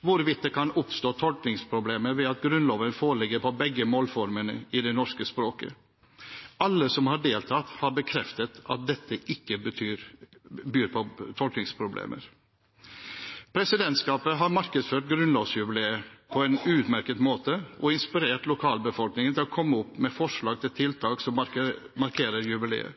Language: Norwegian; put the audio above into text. hvorvidt det kan oppstå tolkningsproblemer ved at Grunnloven foreligger på begge målformene i det norske språket. Alle som har deltatt, har bekreftet at dette ikke byr på tolkningsproblemer. Presidentskapet har markedsført grunnlovsjubileet på en utmerket måte og inspirert lokalbefolkningen til å komme med forslag til tiltak som markerer jubileet.